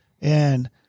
and-